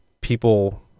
people